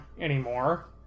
anymore